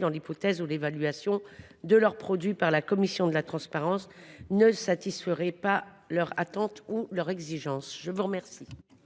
dans l’hypothèse où l’évaluation de leurs produits par la Commission de la transparence ne satisferait pas leurs attentes ou leurs exigences.